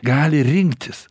gali rinktis